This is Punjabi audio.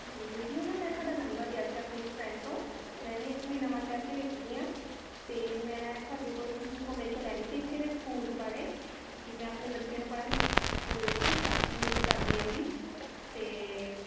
ਹਾਂਜੀ ਦੀ ਨਾ ਮੈਂ ਤੁਹਾਡਾ ਨੰਬਰ ਲਿਆ ਸੀ ਆਪਣੀ ਇੱਕ ਫਰੈਂਡ ਤੋਂ ਮੈਂ ਵੀ ਐਕੁਚਲੀ ਨਵਾਂ ਸ਼ਹਿਰ ਤੋਂ ਹੀ ਰਹਿੰਦੀ ਹਾਂ ਅਤੇ ਮੈਂ ਤੁਹਾਡੇ ਕੋਲ ਇਨਫੋਰਮੇਸ਼ਨ ਲੈਣੀ ਸੀ ਇੱਥੇ ਦੇ ਸਕੂਲਸ ਬਾਰੇ ਕਿ ਮੈਂ ਆਪਣੇ ਬੱਚਿਆਂ ਨੂੰ ਪੜ੍ਹਨ ਸਕੂਲ ਵਿੱਚ ਸਟਾਰਟਿੰਗ ਏ ਜਿਹੇ ਕਰਨੀ ਆ ਉਹਦੀ ਅਤੇ